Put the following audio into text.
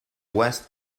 west